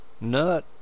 nut